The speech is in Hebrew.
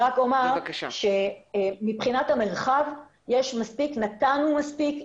אני רק אומר שמבחינת המרחב נתנו מספיק.